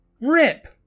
Rip